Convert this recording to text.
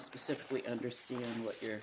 specifically understand what you're